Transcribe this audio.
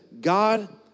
God